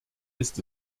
ist